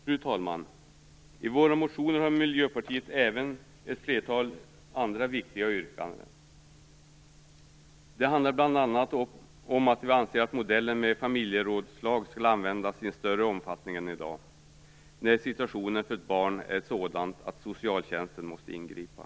Fru talman! I våra motioner har vi i Miljöpartiet även ett flertal andra viktiga yrkanden. Det handlar bl.a. om att vi anser att modellen med familjerådslag skall användas i större omfattning än i dag när situationen för ett barn är sådan att socialtjänsten måste ingripa.